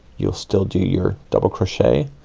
you'll still do your double crochet,